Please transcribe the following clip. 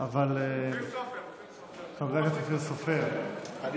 חבר הכנסת אופיר סופר.